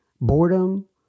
boredom